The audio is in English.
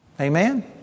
Amen